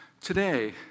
Today